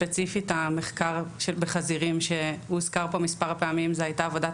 ספציפית המחקר בחזירים שהוזכר פה מספר פעמים זו הייתה עבודת